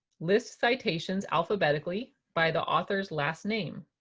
list citations alphabetically by the author's last name.